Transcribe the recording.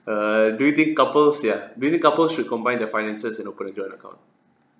err do you think couples ya do you think couples should combine their finances and open a joint account